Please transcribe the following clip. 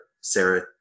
Sarah